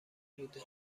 بودن